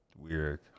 weird